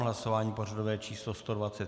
Hlasování pořadové číslo 125.